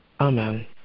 Amen